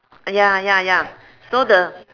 ya ya ya so the